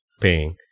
paying